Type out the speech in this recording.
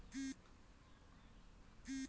सड़क पार कर त टाइम बछड़ा कार स टककर हबार छिले